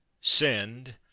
send